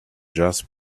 just